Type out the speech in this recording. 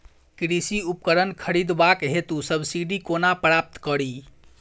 कृषि उपकरण खरीदबाक हेतु सब्सिडी कोना प्राप्त कड़ी?